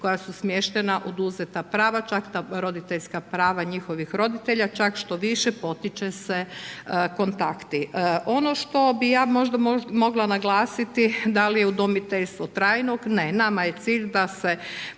koja su smještena oduzeta prava, čak ta roditeljska njihovih roditelja čak što više potiču se kontakti. Ono što bi ja možda mogla naglasiti da li je udomiteljstvo trajnog, ne nam je cilj da se